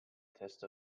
test